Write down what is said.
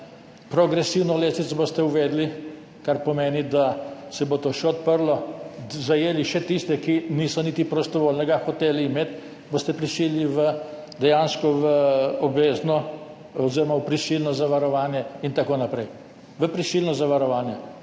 progresivno lestvico boste uvedli, kar pomeni, da se bo to še odprlo, zajeli še tiste, ki niso niti prostovoljnega hoteli imeti, boste prisili dejansko v obvezno oziroma v prisilno zavarovanje, itn. V prisilno zavarovanje.